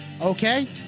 Okay